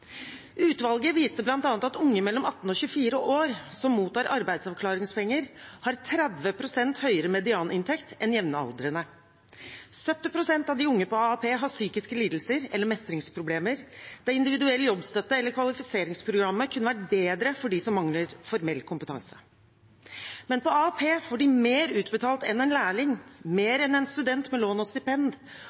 Utvalget viste bl.a. til at unge mellom 18 og 24 år som mottar arbeidsavklaringspenger, har 30 pst. høyere medianinntekt enn jevnaldrende. 70 pst. av de unge på AAP har psykiske lidelser eller mestringsproblemer, der individuell jobbstøtte eller kvalifiseringsprogrammet kunne vært bedre for dem som mangler formell kompetanse. Men på AAP får de mer utbetalt enn en lærling, mer enn en student med lån og stipend,